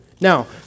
now